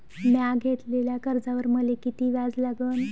म्या घेतलेल्या कर्जावर मले किती व्याज लागन?